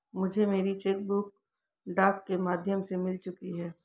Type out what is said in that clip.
मुझे मेरी cheque book डाक के माध्यम से मिल चुकी है